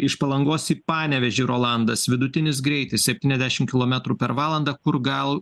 iš palangos į panevėžį rolandas vidutinis greitis septyniasdešimt kilometrų per valandą kur gal